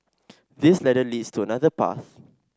this ladder leads to another path